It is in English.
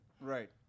Right